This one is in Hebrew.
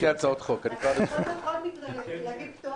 אתה יכול בכל מקרה לתת פטורים.